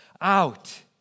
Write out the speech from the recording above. out